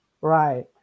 Right